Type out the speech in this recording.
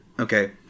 Okay